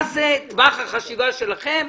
מה זה טווח החשיבה שלכם?